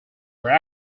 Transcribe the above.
were